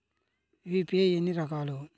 UPI ఎన్ని రకాలు?